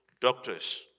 doctors